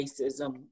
racism